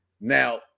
Now